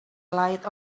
light